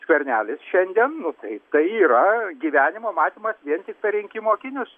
skvernelis šiandien nu tai tai yra gyvenimo matymas vien tik per rinkimų akinius